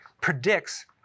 predicts